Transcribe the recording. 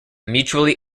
mutually